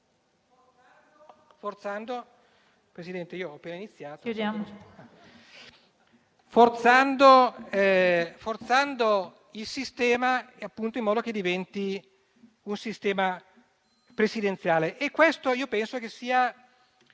forzandolo in modo che diventi un sistema presidenziale.